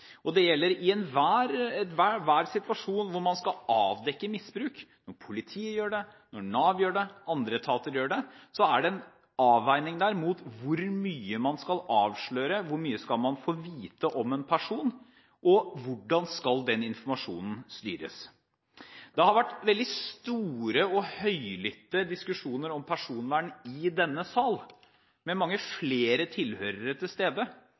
personvernet. Det gjelder i enhver situasjon hvor man skal avdekke misbruk. Når politiet gjør det, når Nav gjør det, og når andre etater gjør det, er det en avveining mellom hvor mye man skal få vite om en person og hvordan den informasjonen skal styres. Det har vært veldig store og høylytte diskusjoner om personvern i denne sal, med mange flere tilhørere til stede,